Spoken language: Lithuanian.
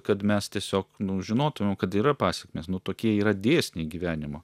kad mes tiesiog nu žinotumėm kad yra pasekmės nu tokie yra dėsniai gyvenimo